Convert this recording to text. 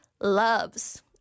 loves